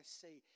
say